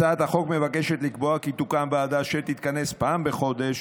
הצעת החוק מבקשת לקבוע כי תוקם ועדה שתתכנס פעם בחודש,